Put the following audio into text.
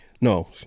No